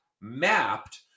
mapped